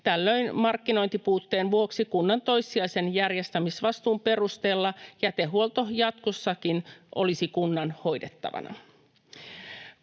Tällöin markkinointipuutteen vuoksi kunnan toissijaisen järjestämisvastuun perusteella jätehuolto jatkossakin olisi kunnan hoidettavana.